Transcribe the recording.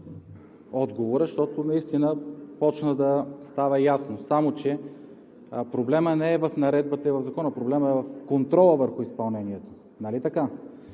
отговора, защото наистина започна да става ясно. Само че проблемът не е в Наредбата и в Закона, проблемът е в контрола върху изпълнението. Нали така?